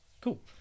cool